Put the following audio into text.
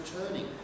returning